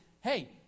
hey